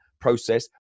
process